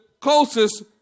closest